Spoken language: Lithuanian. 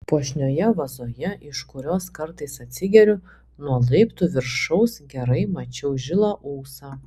puošnioje vazoje iš kurios kartais atsigeriu nuo laiptų viršaus gerai mačiau žilą ūsą